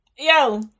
Yo